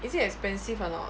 is it expensive or not